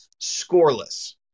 scoreless